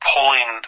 Pulling